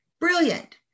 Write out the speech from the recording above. Brilliant